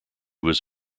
was